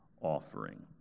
offering